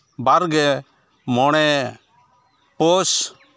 ᱵᱟᱨᱜᱮ ᱢᱚᱬᱮ ᱯᱳᱥ